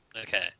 Okay